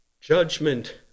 judgment